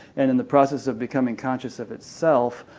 and in the process of becoming conscious of itself,